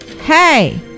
Hey